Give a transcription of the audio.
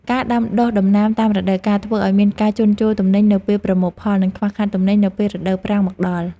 ការដាំដុះដំណាំតាមរដូវកាលធ្វើឱ្យមានការជន់ជោរទំនិញនៅពេលប្រមូលផល និងខ្វះខាតទំនិញនៅពេលរដូវប្រាំងមកដល់។